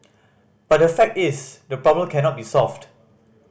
but the fact is the problem cannot be solved